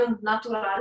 natural